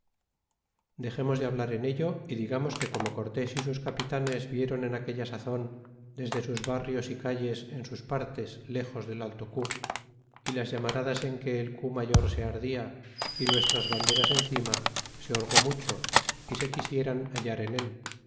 dexemos de hablar en ello y digamos que como cortes y sus capitanes vieron en aquella sazon desde sus barrios y calles en sus partes lejos del alto cu y las llamaradas en que el cu mayor se ardia y nuestras banderas encima se holgó mucho y se quisieran hallar en él